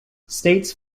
states